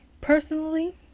personally